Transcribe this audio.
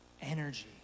energy